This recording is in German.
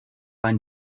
ein